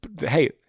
Hey